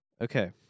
Okay